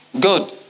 Good